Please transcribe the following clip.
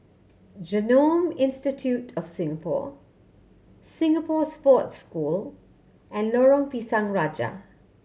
Genome Institute of Singapore Singapore Sports School and Lorong Pisang Raja